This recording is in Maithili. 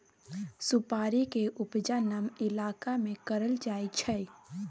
सुपारी के उपजा नम इलाका में करल जाइ छइ